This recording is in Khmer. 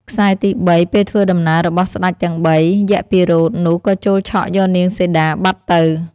ខ្សែទី៣ ពេលធ្វើដំណើររបស់ស្ដេចទាំងបី យក្សពិរោធនោះក៏ចូលឆក់យកនាងសីតាបាត់ទៅ។